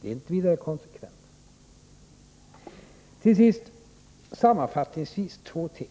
Det är inte vidare konsekvent. Sammanfattningsvis vill vi till sist beröra två ting.